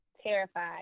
terrified